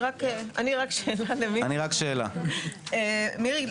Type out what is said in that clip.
מירי,